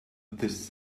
this